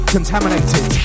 Contaminated